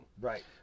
right